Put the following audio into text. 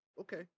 okay